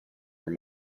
were